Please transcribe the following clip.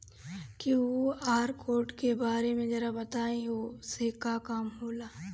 QR code के बारे में जरा बताई वो से का काम होला?